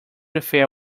affair